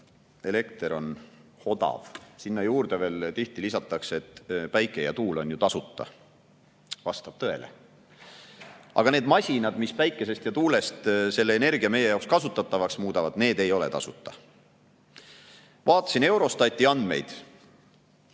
taastuvelekter on odav. Sinna juurde veel tihti lisatakse, et päike ja tuul on ju tasuta. Vastab tõele. Aga need masinad, mis päikesest ja tuulest selle energia meie jaoks kasutatavaks muudavad, ei ole tasuta. Vaatasin Eurostati andmeid,